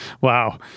wow